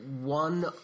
one